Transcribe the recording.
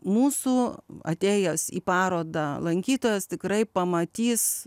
mūsų atėjęs į parodą lankytojas tikrai pamatys